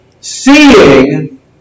seeing